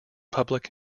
public